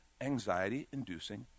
anxiety-inducing